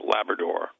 Labrador